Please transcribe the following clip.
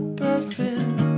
perfect